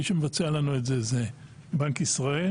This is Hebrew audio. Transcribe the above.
מי שמבצע לנו את זה הוא בנק ישראל.